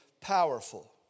powerful